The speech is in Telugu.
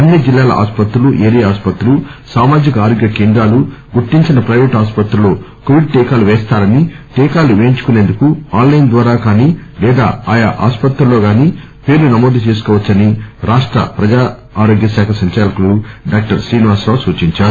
అన్ని జిల్లాల ఆస్పత్రులుఏరియా ఆస్పత్రులు సామాజిక ఆరోగ్య కేంద్రాలు గుర్తించిన ప్రిపేట్ ఆస్పత్రులలో కోవిడ్ టీకాలు పేస్తారని టీకాలు వేయించుకునెందుకు ఆన్ లైన్ ద్వారా కానీ లేదా ఆయా ఆసుపత్రుల్లో కానీ పేర్లు నమోదు చేసుకోవచ్చని రాష్ట ప్రజారోగ్యశాఖ సంచాలకుడు డాక్టర్ శ్రీనివాసరావు సూచించారు